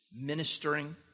ministering